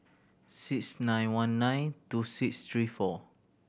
six nine one nine two six three four